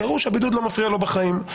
פירוש שהבידוד לא מפריע לו בחיים.